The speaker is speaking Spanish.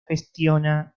gestiona